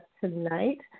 tonight